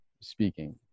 speaking